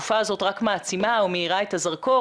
התקופה הזאת רק מעצימה ומאירה את הזרקור,